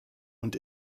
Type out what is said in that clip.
und